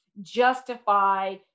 justify